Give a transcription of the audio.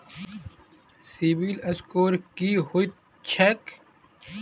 CIBIL score की होइत छैक?